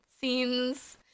scenes